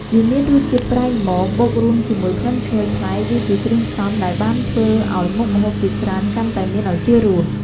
វាមានរសជាតិប្រៃល្មម បូករួមជាមួយក្លិនឈ្ងុយប្លែក វាជាគ្រឿងផ្សំដែលបានធ្វើឱ្យមុខម្ហូបជាច្រើនកាន់តែមានឱជារស។